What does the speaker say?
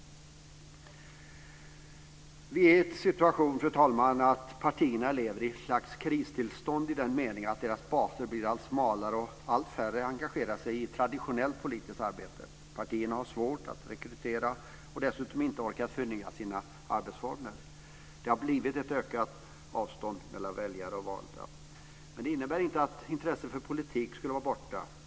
Vi är i den situationen, fru talman, att partierna lever i ett slags kristillstånd i den meningen att deras baser blir allt smalare, och allt färre engagerar sig i traditionellt politiskt arbete. Partierna har svårt att rekrytera och har dessutom inte orkat förnya sina arbetsformer. Det har blivit ett ökat avstånd mellan väljare och valda. Men det innebär inte att intresset för politik skulle vara borta.